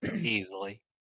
easily